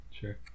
sure